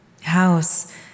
house